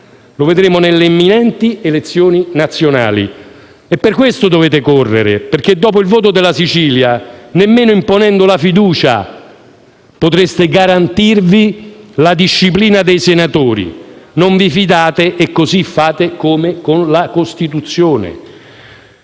lo vedremo nelle imminenti elezioni nazionali. Dovete correre perché, dopo il voto della Sicilia, nemmeno imponendo la fiducia potreste garantirvi la disciplina dei senatori. Non vi fidate e così fate come con la Costituzione.